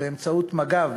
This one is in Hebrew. באמצעות מג"ב,